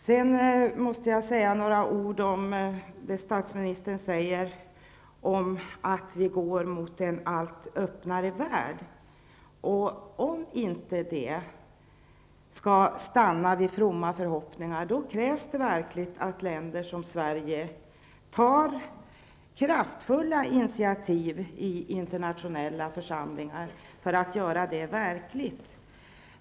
Jag måste också kommentera vad statsministern sade om att vi går mot en allt öppnare värld. Om inte detta skall stanna vid fromma förhoppningar, krävs det verkligen att länder såsom Sverige tar kraftfulla initiativ i internationella församlingar för att göra detta verkligt.